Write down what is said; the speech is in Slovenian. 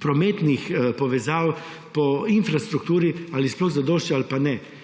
prometnih povezav, po infrastrukturi sploh zadošča ali pa ne.